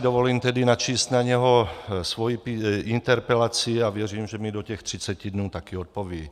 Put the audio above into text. Dovolím si tedy načíst na něho svoji interpelaci a věřím, že mi do těch třiceti dnů také odpoví.